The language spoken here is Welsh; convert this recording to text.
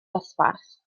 ddosbarth